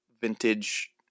vintage